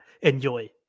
Enjoy